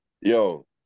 Yo